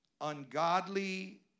ungodly